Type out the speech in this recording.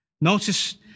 Notice